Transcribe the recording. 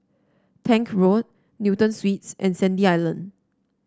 Tank Road Newton Suites and Sandy Island